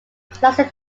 classic